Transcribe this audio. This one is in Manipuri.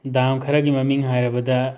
ꯗꯥꯝ ꯈꯔꯒꯤ ꯃꯃꯤꯡ ꯍꯥꯏꯔꯕꯗ